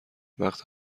وقت